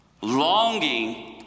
longing